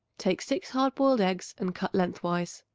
take six hard-boiled eggs and cut lengthwise.